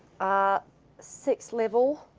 ah sixth level.